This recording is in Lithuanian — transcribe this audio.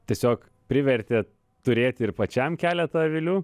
tiesiog privertė turėt ir pačiam keletą avilių